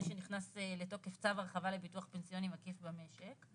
שנכנס לתוקף צו הרחבה לביטוח פנסיוני מקיף במשק.